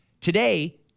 today